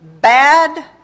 bad